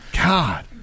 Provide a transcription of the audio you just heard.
God